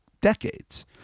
decades